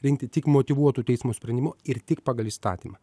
rinkti tik motyvuotu teismo sprendimu ir tik pagal įstatymą